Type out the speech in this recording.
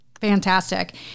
Fantastic